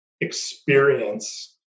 experience